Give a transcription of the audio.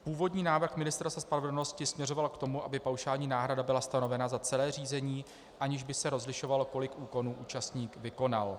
Původní návrh Ministerstva spravedlnosti směřoval k tomu, aby paušální náhrada byla stanovena za celé řízení, aniž by se rozlišovalo, kolik úkonů účastník vykonal.